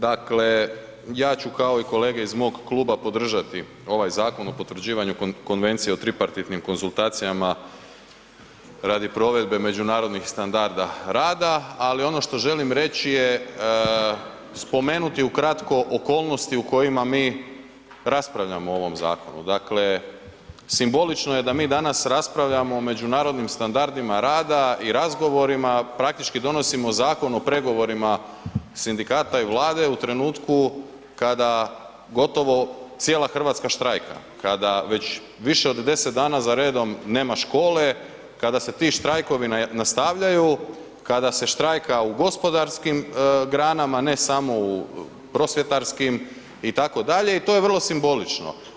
Dakle, ja ću kao i kolege iz mog kluba podržati ovaj Zakon o potvrđivanju Konvencije o tripartitnim konzultacijama radi provedbe međunarodnih standarda rada, ali ono što želim reći je, spomenuti ukratko okolnosti u kojima mi raspravljamo o ovom zakonu, dakle, simbolično je da mi danas raspravljamo o međunarodnim standardima rada i razgovorima praktički donosimo Zakon o pregovorima sindikata i Vlade u trenutku kada gotovo cijela Hrvatska štrajka, kada već više od 10 dana za redom nema škole, kada se ti štrajkovi nastavljaju, kada se štrajka u gospodarskim granama, ne samo u prosvjetarskim, itd. i to je vrlo simbolično.